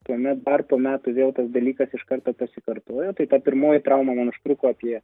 tuomet dar po metų vėl tas dalykas iš karto pasikartojo tai ta pirmoji trauma man užtruko apie